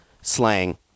slang